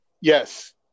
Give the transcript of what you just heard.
Yes